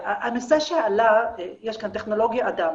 הנושא שעלה הוא על טכנולוגיה-אדם.